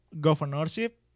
governorship